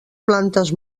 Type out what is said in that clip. plantes